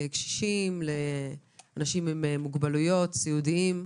מקשישים, אנשים עם מוגבלויות, סיעודיים,